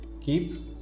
keep